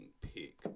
pick